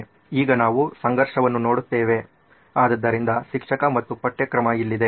ಈಗ ನಾವು ಸಂಘರ್ಷವನ್ನು ನೋಡುತ್ತೇವೆ ಆದ್ದರಿಂದ ಶಿಕ್ಷಕ ಮತ್ತು ಪಠ್ಯಕ್ರಮ ಇಲ್ಲಿದೆ